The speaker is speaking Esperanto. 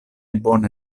bone